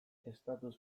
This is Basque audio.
estatus